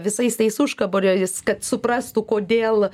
visais tais užkaborėliais kad suprastų kodėl